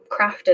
crafted